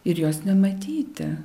ir jos nematyti